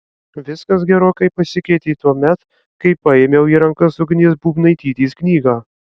viskas gerokai pasikeitė tuomet kai paėmiau į rankas ugnės būbnaitytės knygą